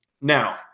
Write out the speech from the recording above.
Now